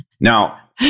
Now